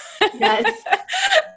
Yes